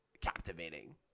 captivating